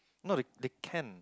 no they they can